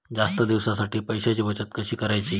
जास्त दिवसांसाठी पैशांची बचत कशी करायची?